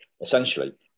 essentially